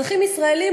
אזרחים ישראלים,